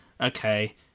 okay